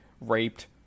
raped